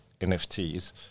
nfts